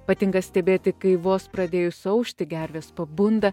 patinka stebėti kai vos pradėjus aušti gervės pabunda